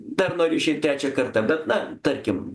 dar nori išeit trečią kartą bet na tarkim